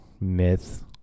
myth